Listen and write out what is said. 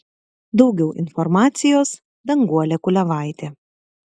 daugiau informacijos danguolė kuliavaitė